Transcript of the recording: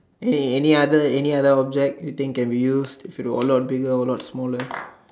any any other any other object you think of you still all lot be all lot smaller